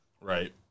Right